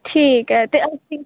ਠੀਕ ਹੈ ਅਤੇ ਅਸੀਂ